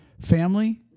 family